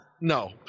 No